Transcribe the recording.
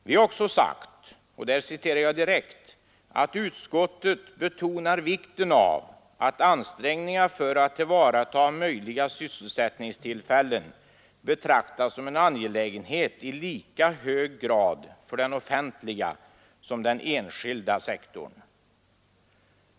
Vi har också sagt att utskottet vill ”betona vikten av att ansträngningar för att tillvarata möjliga sysselsättningstillfällen betraktas som en angelägenhet i lika hög grad för den offentliga som för den enskilda sektorn”.